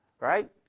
right